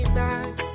night